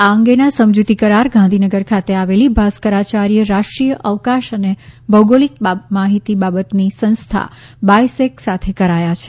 આ અંગેના સમજૂતી કરાર ગાંધીનગર ખાતે આવેલી ભાસ્કરાચાર્ય રાષ્ટ્રીય અવકાશ અને ભૌગોલિક માહિતી બાબતની સંસ્થા બાયસેગ સાથે કરાયા છે